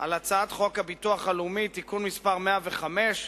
על הצעת חוק הביטוח הלאומי (תיקון מס' 105)